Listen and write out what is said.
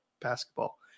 basketball